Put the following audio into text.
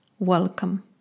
Welcome